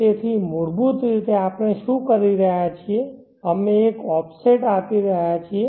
તેથી મૂળભૂત રીતે આપણે શું કરી રહ્યા છીએ અમે એક ઓફસેટ આપી રહ્યા છીએ